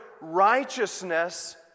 righteousness